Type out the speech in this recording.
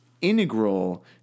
integral